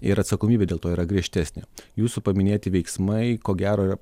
ir atsakomybė dėl to yra griežtesnė jūsų paminėti veiksmai ko gero